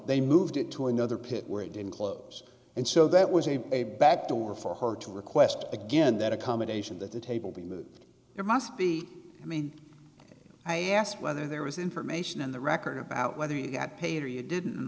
they moved it to another pit where it didn't close and so that was a a back door for her to request again that accommodation that the table be moved there must be i mean i asked whether there was information in the record about whether you got paid or you didn't